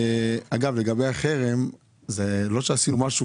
אגב, לגבי החרם, זה לא שעשינו משהו